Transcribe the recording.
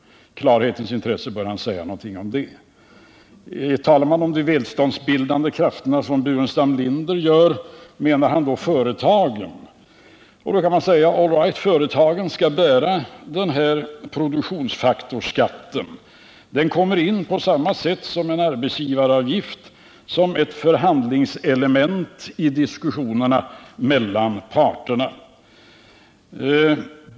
I klarhetens intresse bör han säga något om det. Herr talman! Menar Staffan Burenstam Linder företagen när han talar om de välståndsbildande krafterna? Då kan man säga: All right, företagen skall bära denna produktionsfaktorsskatt. Den kommer på samma sätt som en arbetsgivaravgift in som ett förhandlingselement i diskussionerna mellan parterna.